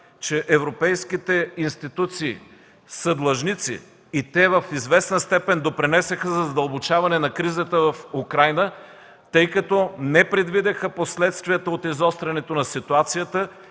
че европейските институции са длъжници – те в известна степен допринесоха за задълбочаване на кризата в Украйна, тъй като не предвидиха последствията от изострянето на ситуацията.